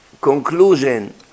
Conclusion